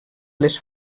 les